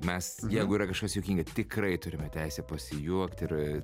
mes jeigu yra kažkas juokinga tikrai turime teisę pasijuokti ir